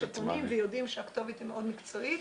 שפונים ויודעים שהכתובת היא מאוד מקצועית.